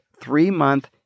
three-month